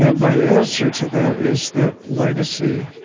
and my answer to that is that legacy